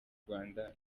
rwanda